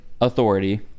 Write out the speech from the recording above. authority